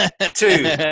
two